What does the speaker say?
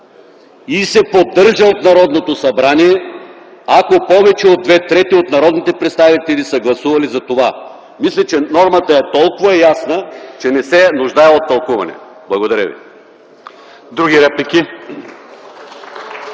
и се поддържа от Народното събрание, ако повече от две трети от народните представители са гласували за това”. Мисля, че нормата е толкова ясна, че не се нуждае от тълкуване. Благодаря ви. (Ръкопляскания